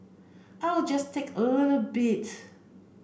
I will just take a little bit